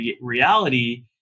reality